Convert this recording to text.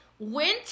Winter